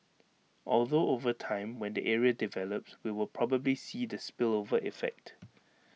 although over time when the area develops we will probably see the spillover effect